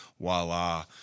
voila